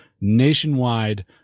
nationwide